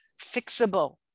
fixable